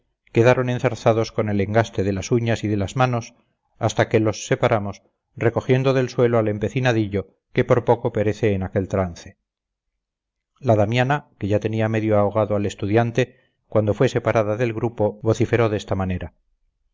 quedaron enzarzados con el engaste de las uñas y de las manos hasta que los separamos recogiendo del suelo al empecinadillo que por poco perece en aquel trance la damiana que ya tenía medio ahogado al estudiante cuando fue separada del grupo vociferó de esta manera